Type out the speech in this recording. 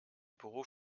beruf